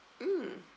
mm